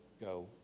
go